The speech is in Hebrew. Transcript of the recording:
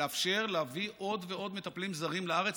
לאפשר להביא עוד ועוד מטפלים זרים לארץ,